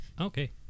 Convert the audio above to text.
Okay